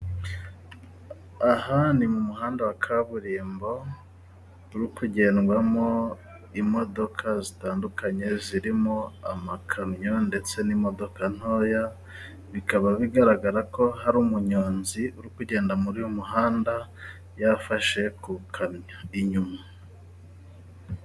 Aha ni mu muhanda wa kaburimbo uri kugendwamo n'imodoka zitandukanye zirimo ; amakamyo ndetse n'imodoka ntoya. Bikaba bigaragara ko hari umunyonzi urimo kugenda muri uyu muhanda yafashe kuri kamyo inyuma.